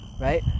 right